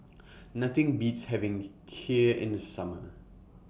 Nothing Beats having Kheer in The Summer